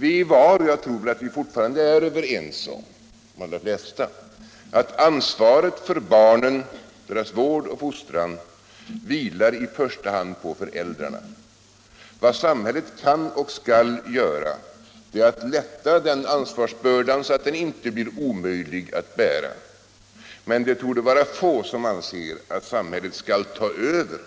Vi var och jag tror att vi — åtminstone de allra flesta — fortfarande är överens om att ansvaret för barnen, deras vård och fostran i första hand vilar på föräldrar a. Vad samhället kan och skall göra är att lätta den ansvarsbördan så att den inte blir omöjlig att bära. Men det torde vara få som anser att samhället skall ta över